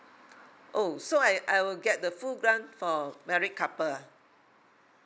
oh so I I will get the full grant for married couple ah